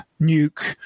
nuke